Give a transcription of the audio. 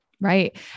Right